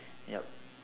yup